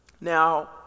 Now